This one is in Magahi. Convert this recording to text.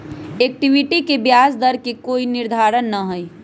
इक्विटी के ब्याज दर के कोई निर्धारण ना हई